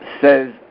says